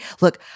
Look